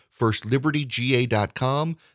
FirstLibertyGA.com